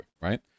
Right